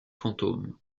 fantôme